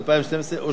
נתקבל.